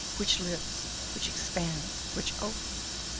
which lives, which expands, which opens,